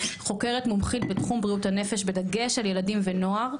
חוקרת מומחית בתחום בריאות הנפש בדגש על ילדים ונוער,